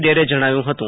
ડેરે જણાવ્યું હતું